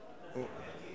נמנעים.